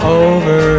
over